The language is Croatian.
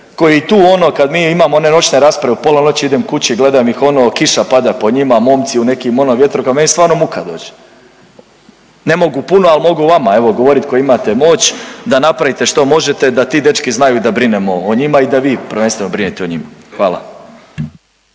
koji tu ono kad mi imamo one noćne rasprave u pola noći idem kući, gledam ih ono. Kiša pada po njima, momci u nekim ono vjetrovkama. Meni stvarno muka dođe. Ne mogu puno, ali mogu vama evo govoriti koji imate moć da napravite što možete, da ti dečki znaju da brinemo o njima i da vi prvenstveno brinete o njima. Hvala.